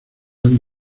han